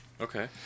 Okay